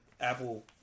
Apple